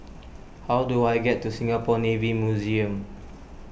how do I get to Singapore Navy Museum